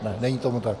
Ne, není tomu tak.